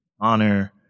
honor